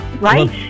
right